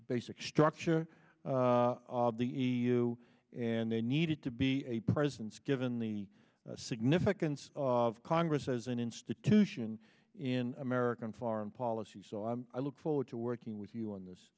basic structure of the e u and they needed to be a presence given the significance of congress as an institution in american foreign policy so i look forward to working with you on this